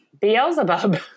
Beelzebub